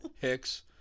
hicks